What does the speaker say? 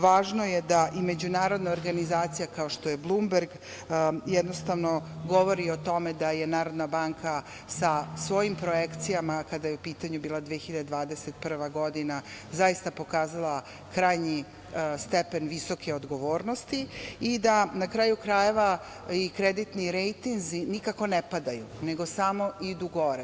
Važno je da i međunarodna organizacija, kao što je Blumberg, jednostavno, govori o tome da je Narodna banka sa svojim projekcijama, kada je u pitanju bila 2021. godina, zaista pokazala krajnji stepen visoke odgovornosti i da, na kraju krajeva, i kreditni rejtinzi nikako ne padaju, nego samo idu gore.